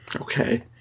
Okay